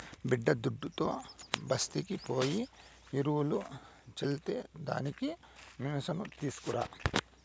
బిడ్డాదుడ్డుతో బస్తీకి పోయి ఎరువులు చల్లే దానికి మిసను తీస్కరా